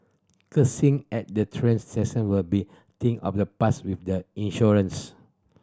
cursing at the train station will be thing of the past with the insurance